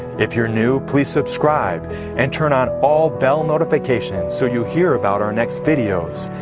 if you're new, please subscribe and turn on all bell notifications so you hear about our next videos!